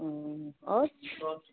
आओर